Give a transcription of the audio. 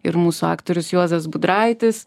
ir mūsų aktorius juozas budraitis